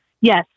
Yes